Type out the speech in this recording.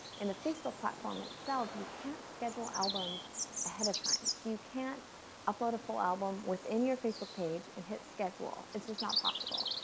in the facebook platform itself you can't schedule albums ahead of time. so you can't upload a full album within your facebook page and hit schedule. it's just not possible.